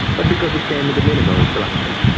but because it came with the minimum of bloodshed.